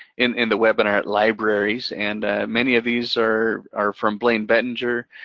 in in the webinar libraries, and many of these are are from blaine bettinger.